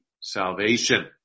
salvation